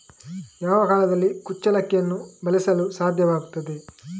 ಯಾವ ಕಾಲದಲ್ಲಿ ಕುಚ್ಚಲಕ್ಕಿಯನ್ನು ಬೆಳೆಸಲು ಸಾಧ್ಯವಾಗ್ತದೆ?